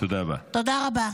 תודה רבה.